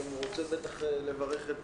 אני רוצה לברך את